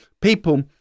people